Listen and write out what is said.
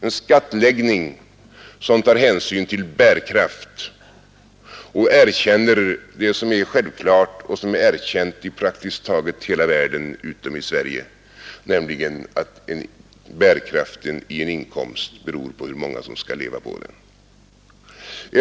En skattläggning som tar hänsyn till bärkraft och som erkänner det som är självklart och erkänt i praktiskt taget hela världen utom i Sverige, nämligen att bärkraften i en inkomst beror på hur många som skall leva på den. 2.